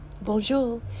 Bonjour